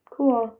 Cool